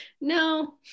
No